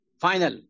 final